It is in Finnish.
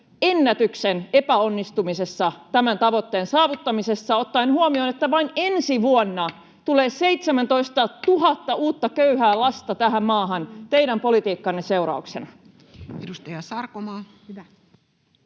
ennätyksen epäonnistumisessa tämän tavoitteen saavuttamisessa ottaen huomioon, että vain ensi vuonna tulee 17 000 uutta köyhää lasta tähän maahan teidän politiikkanne seurauksena. [Speech 17]